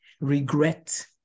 regret